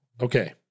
Okay